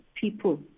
people